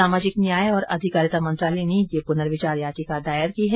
सामाजिक न्याय और अधिकारिता मंत्रालय ने ये पुनर्विचार याचिका दायर की है